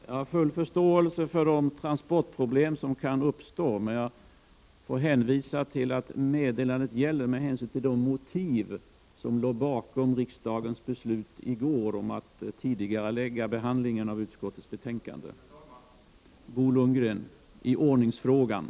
Jag har full förståelse för de transportproblem som kan uppstå, men jag får hänvisa till att meddelandet gäller med hänsyn till de motiv som låg bakom riksdagens beslut i går om att tidigarelägga behandlingen av utbildningsutskottets betänkande UbU9 om bl.a. kommunalt huvudmannaskap för lärare.